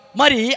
Mari